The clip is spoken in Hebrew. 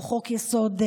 או חוק-יסוד: